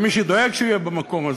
למי שדואג שהוא יהיה במקום הזה.